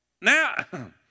Now